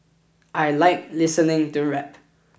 I like listening to rap